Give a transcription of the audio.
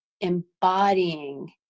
embodying